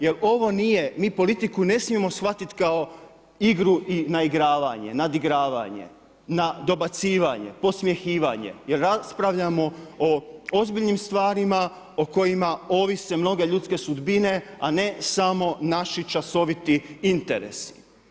Jer ovo nije, mi politiku ne smijemo shvatiti kao igru i nadigravanje, na dobacivanje, podsmjehivanje jer raspravljamo o ozbiljnim stvarima o kojima ovise mnoge ljudske sudbine a ne samo naši časoviti interesi.